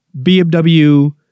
BMW